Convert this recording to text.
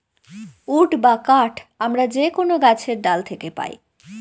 would বা কাঠ আমরা যে কোনো গাছের ডাল থাকে পাই